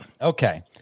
Okay